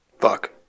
Fuck